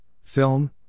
film